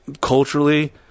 culturally